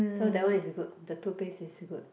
so that one is good the toothpaste is good